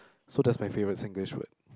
so that's my favorite Singlish word